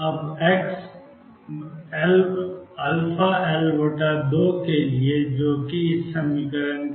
अब XαL2 जो कि 2m2 L2 है